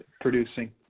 producing